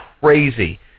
crazy